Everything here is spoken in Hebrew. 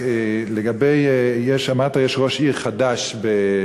רק אמרת שיש ראש עיר חדש בחריש,